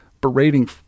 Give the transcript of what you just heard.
berating